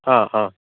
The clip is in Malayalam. ആ ആ